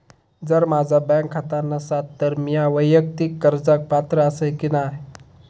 जर माझा बँक खाता नसात तर मीया वैयक्तिक कर्जाक पात्र आसय की नाय?